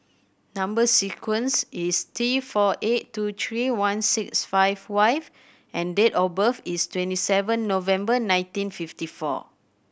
number sequence is T four eight two three one six five Y and date of birth is twenty seven November nineteen fifty four